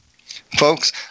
Folks